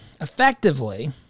effectively